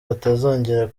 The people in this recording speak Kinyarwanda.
batazongera